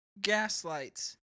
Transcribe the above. gaslights